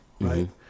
right